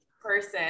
person